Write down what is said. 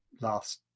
last